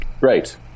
Right